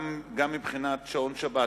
גם מבחינת שעון שבת,